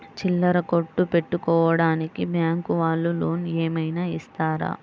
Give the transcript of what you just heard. చిల్లర కొట్టు పెట్టుకోడానికి బ్యాంకు వాళ్ళు లోన్ ఏమైనా ఇస్తారా?